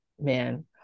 man